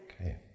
Okay